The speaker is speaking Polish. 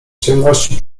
ciemności